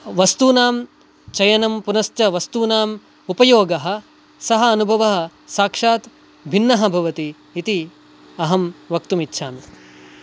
वस्तूनां चयनं पुनश्च वस्तूनाम् उपयोगः सः अनुभवः साक्षात् भिन्नः भवति इति अहं वक्तुम् इच्छामि